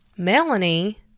Melanie